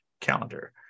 calendar